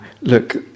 Look